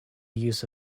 use